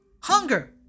hunger